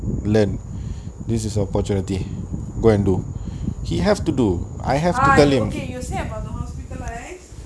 ah you okay you say about the hospitalised